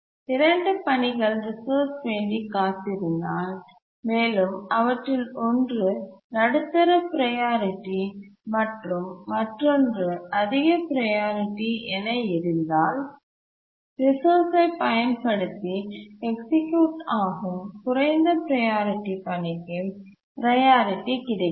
2 பணிகள் ரிசோர்ஸ் வேண்டி காத்திருந்தால் மேலும் அவற்றில் ஒன்று நடுத்தர ப்ரையாரிட்டி மற்றும் மற்றொன்று அதிக ப்ரையாரிட்டி என இருந்தால் ரிசோர்ஸ்ஐ பயன்படுத்தி எக்சிக்யூட் ஆகும் குறைந்த ப்ரையாரிட்டி பணிக்கு ப்ரையாரிட்டி கிடைக்கிறது